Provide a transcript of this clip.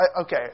Okay